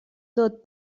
tot